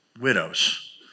widows